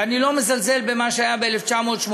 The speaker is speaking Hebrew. ואני לא מזלזל במה שהיה ב-1985,